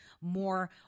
more